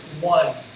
one